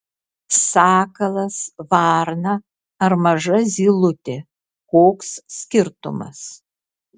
sakalas varna ar maža zylutė koks skirtumas